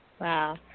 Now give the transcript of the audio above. wow